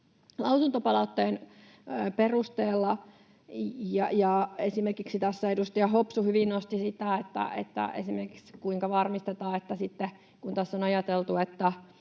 lausuntopalautteiden perusteella. Esimerkiksi tässä edustaja Hopsu hyvin nosti esimerkiksi sen, että kun tässä on ajateltu,